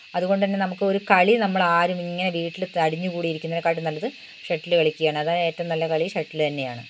അതുകൊണ്ടുതന്നെ നമുക്ക് ഒരു കളി നമ്മളാരും ഇങ്ങനെ വീട്ടിൽ തടിഞ്ഞുകൂടി ഇരിക്കുന്നതിനെക്കാളും നല്ലത് ഷട്ടിൽ കളിക്കുകയാണ് അതാണ് ഏറ്റവും നല്ല കളി ഷട്ടിൽ തന്നെ ആണ്